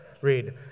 read